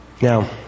Now